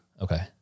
Okay